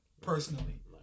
Personally